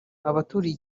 abaturiye